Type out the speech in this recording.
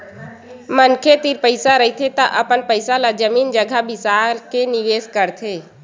मनखे तीर पइसा रहिथे त अपन पइसा ल जमीन जघा बिसा के निवेस करथे